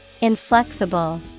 Inflexible